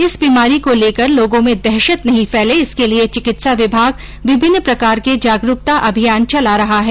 इस बीमारी को लेकर लोगों में दहशत नहीं फैले इसके लिए चिकित्सा विभाग विभिन्न प्रकार के जागरूकता अभियान चला रहा है